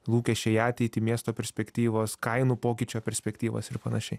lūkesčiai į ateitį miesto perspektyvos kainų pokyčio perspektyvos ir panašiai